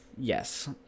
Yes